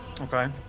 Okay